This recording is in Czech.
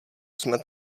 jsme